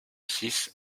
six